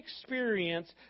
experience